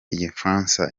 igifaransa